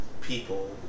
people